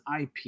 IP